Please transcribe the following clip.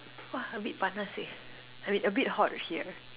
!wah! a bit panas seh I mean a bit hot here